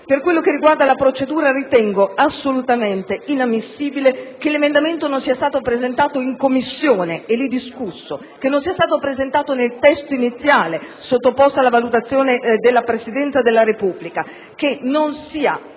Per quello che riguarda la procedura, ritengo assolutamente inammissibile che l'emendamento non sia stato presentato in Commissione e lì discusso, che non sia stato presentato nel testo iniziale, sottoposto alla valutazione della Presidenza della Repubblica, un testo